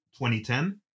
2010